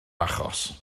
achos